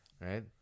Right